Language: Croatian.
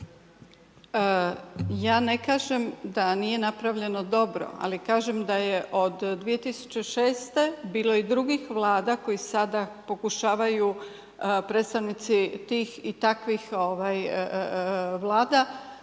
Ja ne kažem da nije napravljeno dobro ali kažem da je od 2006. bilo i drugih Vlada koji sada pokušavaju predstavnici tih i takvih Vlada